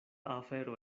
afero